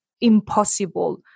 impossible